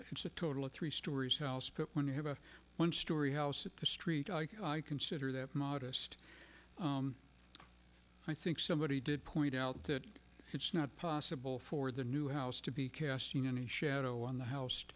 it's a total of three stories high when you have a one story house at the street i think i consider that modest i think somebody did point out that it's not possible for the new house to be casting any shadow on the house